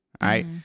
right